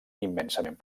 immensament